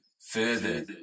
further